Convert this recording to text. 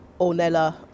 Ornella